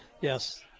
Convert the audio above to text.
Yes